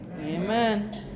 Amen